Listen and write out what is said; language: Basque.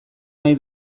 nahi